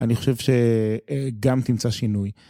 אני חושב שגם תמצא שינוי.